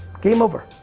game over.